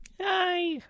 Hi